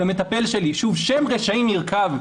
המטפל שלי, שוב, שם רשעים יירקב,